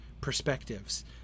perspectives